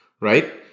right